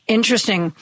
Interesting